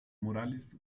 morales